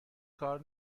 کار